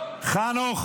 חנוך.